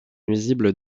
nuisible